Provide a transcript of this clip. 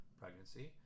pregnancy